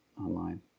online